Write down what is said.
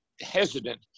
hesitant